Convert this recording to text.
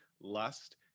lust